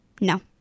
No